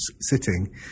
sitting